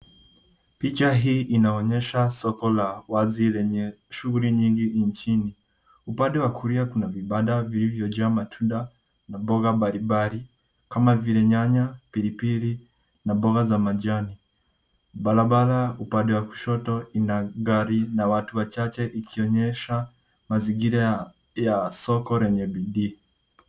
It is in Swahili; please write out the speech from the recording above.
Picha hii inaonyesha soko la wazi lenye shughuli nyingi nchini. Upande wa kulia kuna vibanda vilivyojaa matunda na mboga mbalimbali kama vile nyanya, pilipili na mboga za majani. Barabara upande wa kushoto ina gari na watu wachache ikionyesha mazingira ya soko lenye bidii.